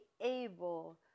able